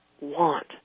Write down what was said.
want